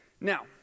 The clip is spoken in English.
Now